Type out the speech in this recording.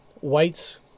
whites